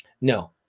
no